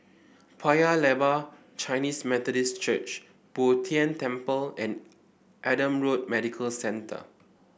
Paya Lebar Chinese Methodist Church Bo Tien Temple and Adam Road Medical Centre